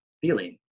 feeling